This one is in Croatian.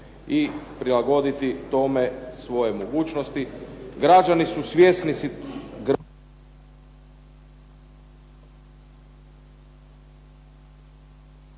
I prilagoditi tome svoje mogućnosti. Građani su svjesni